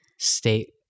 state